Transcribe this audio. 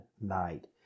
night